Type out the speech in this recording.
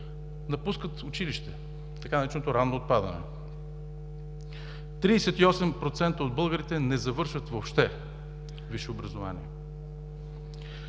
напускат училище, така нареченото „ранно отпадане“; 38% от българите не завършват въобще висше образование.